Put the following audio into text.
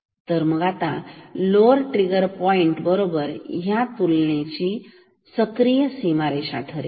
तर मग आता लोअर ट्रिगर पॉईंट बरोबर हा तुलनेची सक्रिय सीमा रेषा आहे